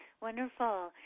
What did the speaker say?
Wonderful